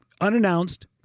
unannounced